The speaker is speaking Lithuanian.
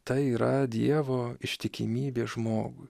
tai yra dievo ištikimybė žmogui